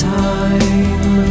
time